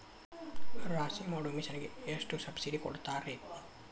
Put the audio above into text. ರಾಶಿ ಮಾಡು ಮಿಷನ್ ಗೆ ಎಷ್ಟು ಸಬ್ಸಿಡಿ ಕೊಡ್ತಾರೆ?